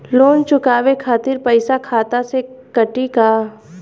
Loan चुकावे खातिर पईसा खाता से कटी का?